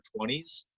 20s